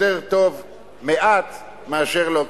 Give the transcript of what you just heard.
יותר טוב מעט מאשר לא כלום.